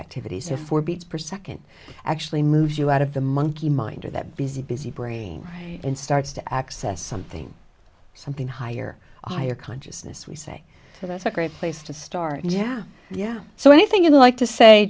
activities of four beats per second actually moves you out of the monkey mind to that busy busy brain and starts to access something something higher a higher consciousness we say that's a great place to start yeah yeah so anything you'd like to say